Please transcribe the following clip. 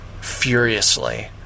furiously